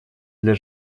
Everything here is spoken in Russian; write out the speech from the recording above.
для